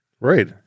Right